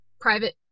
private